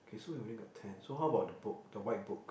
okay so we only got ten so how about the book the white book